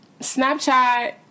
Snapchat